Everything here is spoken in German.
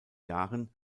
jahren